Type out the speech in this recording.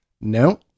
No